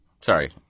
Sorry